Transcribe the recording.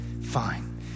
Fine